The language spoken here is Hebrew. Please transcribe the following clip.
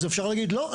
אז אפשר להגיד לא,